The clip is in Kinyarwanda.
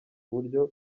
buryo